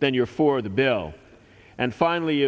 then you're for the bill and finally